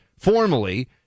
Formally